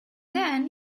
then